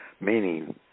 meaning